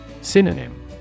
Synonym